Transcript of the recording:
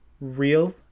real